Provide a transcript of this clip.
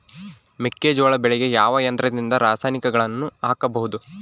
ಮೆಕ್ಕೆಜೋಳ ಬೆಳೆಗೆ ಯಾವ ಯಂತ್ರದಿಂದ ರಾಸಾಯನಿಕಗಳನ್ನು ಹಾಕಬಹುದು?